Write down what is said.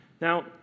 Now